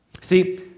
See